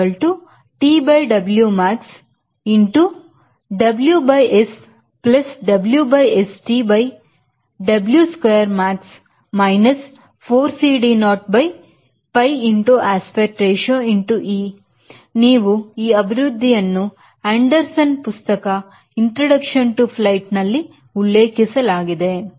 Vmax is equal to T by W max into W by S plus W by S T by W square max minus 4 CD naught by pi aspect ratio e ನೀವು ಈ ಅಭಿವ್ಯಕ್ತಿಯನ್ನು Anderson ಪುಸ್ತಕ introduction to flight ದಲ್ಲಿ ಉಲ್ಲೇಖಿಸಲಾಗಿದೆ